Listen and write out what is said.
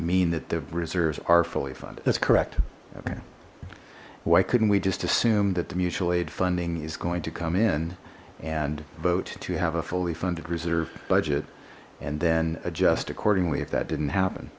mean that the reserves are fully funded that's correct okay why couldn't we just assume that the mutual aid funding is going to come in and vote to have a fully funded reserve budget and then adjust accordingly if that didn't happen